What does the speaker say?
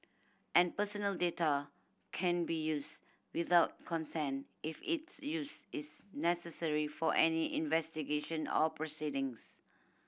and personal data can be used without consent if its use is necessary for any investigation or proceedings